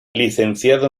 licenciado